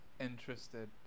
interested